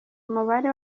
umubare